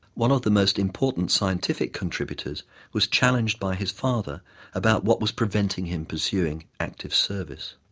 one of the most important scientific contributors was challenged by his father about what was preventing him pursuing active service.